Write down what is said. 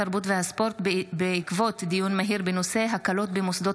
התרבות והספורט בעקבות דיון מהיר בהצעתם